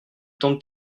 temps